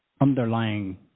underlying